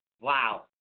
Wow